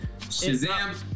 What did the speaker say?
Shazam